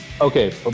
okay